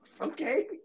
Okay